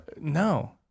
No